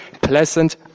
pleasant